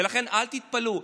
ולכן, אל תתפלאו.